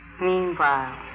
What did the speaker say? Meanwhile